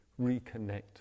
reconnect